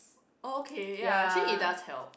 okay ya actually it does help